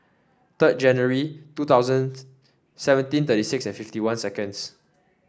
third January two thousand seventeen thirty six and fifty one seconds